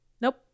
Nope